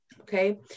Okay